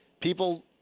people